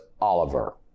Oliver